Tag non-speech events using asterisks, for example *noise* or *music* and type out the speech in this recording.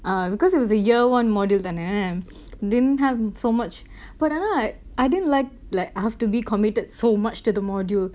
ah because it was the year one module தான:thaana *noise* didn't have so much but ஆனா:aanaa I didn't ligh~ like have to be committed so much to the module